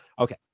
Okay